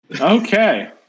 Okay